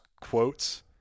quotes